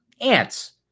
ants